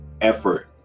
effort